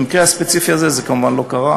במקרה הספציפי הזה זה כמובן לא קרה,